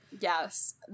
Yes